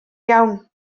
iawn